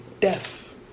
deaf